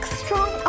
strong